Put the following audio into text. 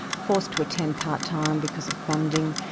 forced to attend part-time because of funding.